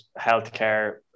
healthcare